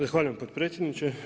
Zahvaljujem potpredsjedniče.